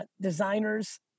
Designers